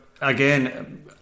again